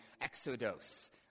exodus